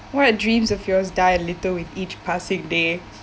what dreams of yours die a little with each passing day